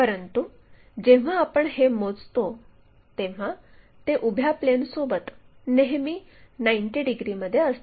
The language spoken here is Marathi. परंतु जेव्हा आपण हे मोजतो तेव्हा ते उभ्या प्लेनसोबत नेहमी 90 डिग्रीमध्ये असते